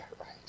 right